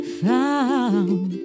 found